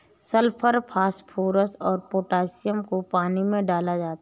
sulphur phosphorus और potassium को पानी में डाला जाता है